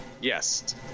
Yes